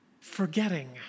Forgetting